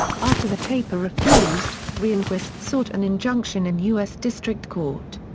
after the paper refused, rehnquist sought an injunction in u s. district court.